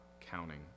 counting